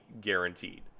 guaranteed